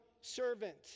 servant